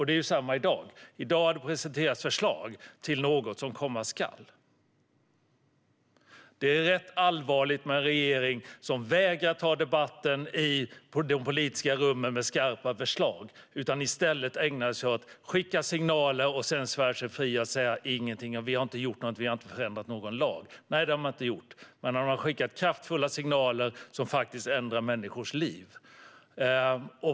Det är samma sak i dag: I dag har förslag till något som komma skall presenterats. Det är rätt allvarligt med en regering som vägrar ta debatten i de politiska rummen med skarpa förslag utan i stället ägnar sig åt att skicka signaler och sedan svära sig fria och säga att man inte har förändrat någon lag. Nej, det har man inte gjort, men man har skickat kraftfulla signaler som faktiskt ändrar människors liv.